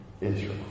Israel